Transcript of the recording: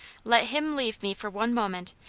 let him leave me for one moment,